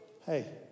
hey